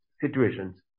situations